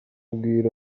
ubwira